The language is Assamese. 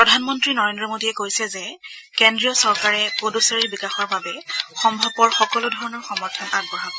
প্ৰধানমন্ত্ৰী নৰেন্দ্ৰ মোদীয়ে কৈছে যে কেন্দ্ৰীয় চৰকাৰে পুডুচেৰীৰ বিকাশৰ বাবে সম্ভপৰ সকলো ধৰণৰ সমৰ্থন আগবঢ়াব